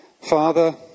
Father